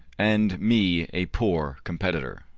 and me, a poor competitor.